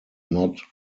not